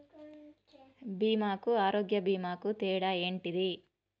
బీమా కు ఆరోగ్య బీమా కు తేడా ఏంటిది?